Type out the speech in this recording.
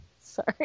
Sorry